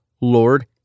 Lord